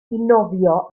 nofio